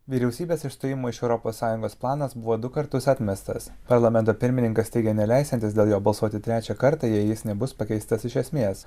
vyriausybės išstojimo iš europos sąjungos planas buvo du kartus atmestas parlamento pirmininkas teigė neleisiantis dėl jo balsuoti trečią kartą jei jis nebus pakeistas iš esmės